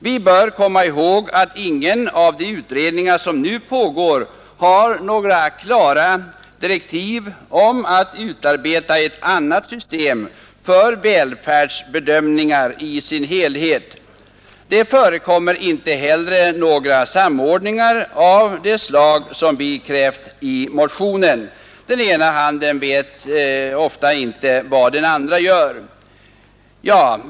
Vi bör komma ihåg att ingen av de utredningar som pågår har några klara direktiv om att utarbeta ett annat system för välfärdsbedömningar i deras helhet. Det förekommer inte heller någon samordning av det slag som vi krävt i motionen. Den ena handen vet ofta inte vad den andra gör.